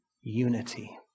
unity